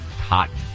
cotton